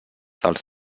dels